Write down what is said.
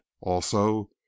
Also